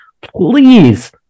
Please